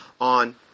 on